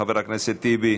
חבר הכנסת טיבי,